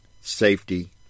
safety